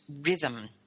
rhythm